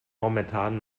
momentan